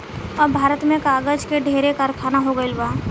अब भारत में कागज के ढेरे कारखाना हो गइल बा